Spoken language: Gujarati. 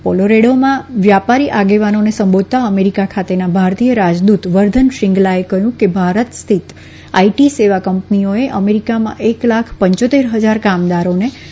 પોલોરેડીમાં વ્યાપારી આગેવાનોને સંબોધતા અમેરીકા ખાતેના ભારતીય રાજદૂત વર્ધન શ્રીંગલાએ કહ્યું કે ભારત સ્થિત આઈટી સેવા કંપનીઓએ અમેરીકામાં એક લાખ પંચ્યોત્તેર હજાર કામદારોની સેવા પુરી પાડી હતી